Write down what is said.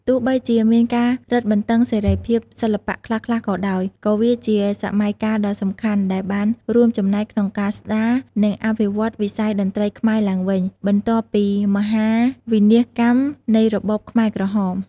ទោះបីជាមានការរឹតបន្តឹងសេរីភាពសិល្បៈខ្លះៗក៏ដោយ ក៏វាជាសម័យកាលដ៏សំខាន់ដែលបានរួមចំណែកក្នុងការស្ដារ និងអភិវឌ្ឍវិស័យតន្ត្រីខ្មែរឡើងវិញ បន្ទាប់ពីមហាវិនាសកម្មនៃរបបខ្មែរក្រហម។